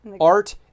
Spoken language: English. art